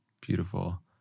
Beautiful